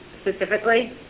specifically